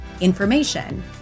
information